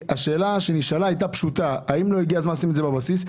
השאלה שנשאלה הייתה פשוטה והיא האם לא הגיע הזמן לשים את זה בבסיס.